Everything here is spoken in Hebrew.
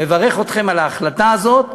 מברך אתכם על ההחלטה הזאת,